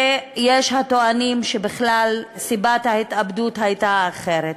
ויש הטוענים שבכלל סיבת ההתאבדות הייתה אחרת.